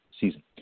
season